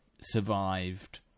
survived